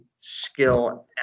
skill